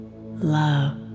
love